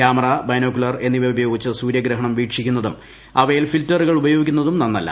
camera binocular എന്നിവ ഉപയോഗിച്ച് സൂര്യഗ്രഹണം വീക്ഷിക്കുന്നതും അവയിൽ ഫിൽറ്ററുകൾ ഉപയോഗിക്കുന്നതും നന്നല്ല